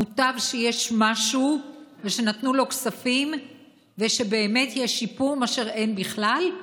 מוטב שיש משהו ושנתנו לו כספים ושבאמת יש שיפור מאשר אין בכלל.